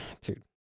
dude